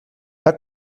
pas